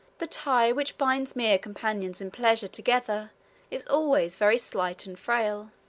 the tie which binds mere companions in pleasure together is always very slight and frail.